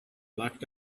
locked